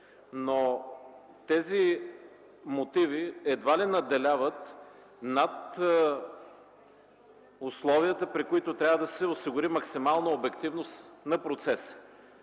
но тези мотиви едва ли надделяват над условията, при които трябва да се осигури максимална обективност на процеса.